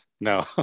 No